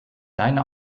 deine